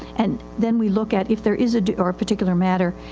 and then we look at if there is a, or a particular matter,